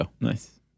Nice